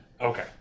okay